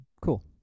Cool